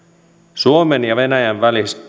suomen ja venäjän välisistä